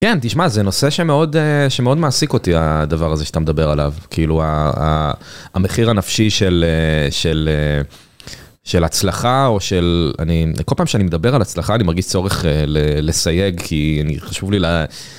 כן, תשמע, זה נושא שמאוד מעסיק אותי, הדבר הזה שאתה מדבר עליו. כאילו, המחיר הנפשי של הצלחה, או של... אני כל פעם שאני מדבר על הצלחה, אני מרגיש צורך לסייג, כי חשוב לי ל...